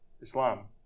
Islam